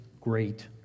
great